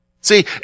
See